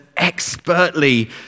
expertly